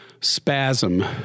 spasm